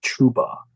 chuba